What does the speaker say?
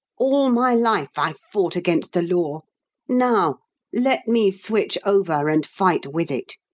all my life i've fought against the law now let me switch over and fight with it.